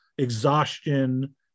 exhaustion